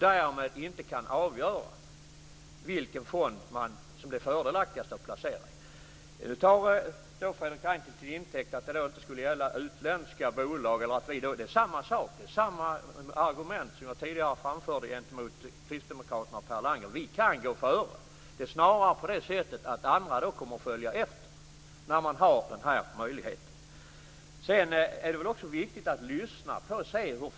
Därmed kan de inte avgöra vilken fond som det är mest fördelaktigt att placera i. Fredrik Reinfeldt säger att detta inte skulle gälla utländska bolag. Jag har samma argument som jag tidigare framförde gentemot Kristdemokraterna och Per Landgren: Vi kan gå före. Andra kommer snarare att följa efter när den här möjligheten finns. Det är också viktigt att höra hur folk uppfattar det här.